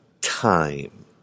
time